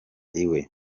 iwe